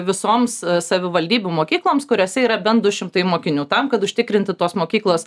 visoms savivaldybių mokykloms kuriose yra bent du šimtai mokinių tam kad užtikrinti tos mokyklos